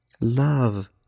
Love